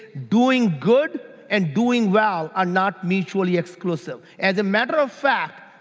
doing good and doing well are not mutually exclusive. as a matter of fact,